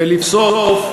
אז למה אתה מצביע בעד?